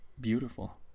beautiful